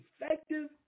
effective